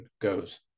goes